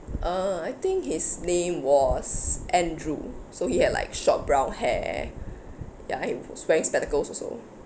uh I think his name was andrew so he had like short brown hair ya and he was wearing spectacles also